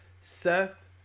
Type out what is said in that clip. Seth